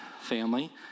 family